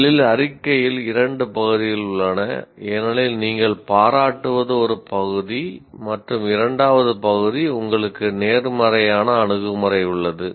முதலில் அறிக்கையில் 2 பகுதிகள் உள்ளன ஏனெனில் நீங்கள் பாராட்டுவது ஒரு பகுதி மற்றும் இரண்டாவது பகுதி உங்களுக்கு நேர்மறையான அணுகுமுறை உள்ளது